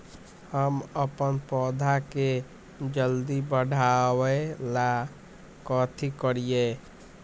हम अपन पौधा के जल्दी बाढ़आवेला कथि करिए?